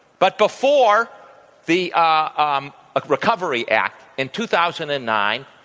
but before the um ah recovery act in two thousand and nine,